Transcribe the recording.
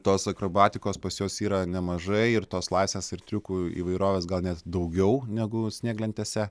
tos akrobatikos pas juos yra nemažai ir tos klasės ir triukų įvairovės gal net daugiau negu snieglentėse